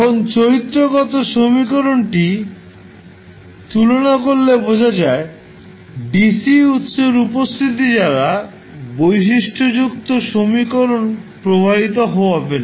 এখন চরিত্রগত সমীকরণটি তুলনা করলে বোঝা যায় ডিসি উত্সের উপস্থিতি দ্বারা বৈশিষ্ট্যযুক্ত সমীকরণ প্রভাবিত হবে না